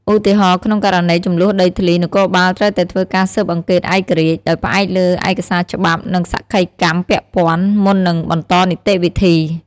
ឧទាហរណ៍ ក្នុងករណីជម្លោះដីធ្លី នគរបាលត្រូវតែធ្វើការស៊ើបអង្កេតឯករាជ្យ ដោយផ្អែកលើឯកសារច្បាប់ និងសក្ខីកម្មពាក់ព័ន្ធ មុននឹងបន្តនីតិវិធី។